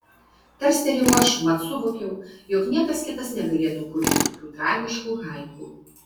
tarstelėjau aš mat suvokiau jog niekas kitas negalėtų kurti tokių tragiškų haiku